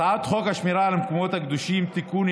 הצעת חוק השמירה על המקומות הקדושים (תיקון,